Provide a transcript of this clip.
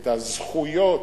את הזכויות,